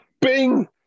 Bing